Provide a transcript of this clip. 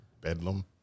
Bedlam